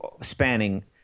spanning